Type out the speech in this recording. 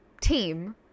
team